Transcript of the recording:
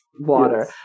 water